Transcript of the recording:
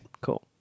cool